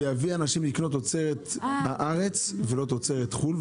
ויביא אנשים לקנות תוצרת הארץ ולא תוצרת חו"ל,